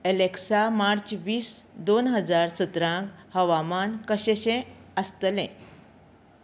Alexa March वीस दोन हजार सतराक हवामान कशें शें आसतलें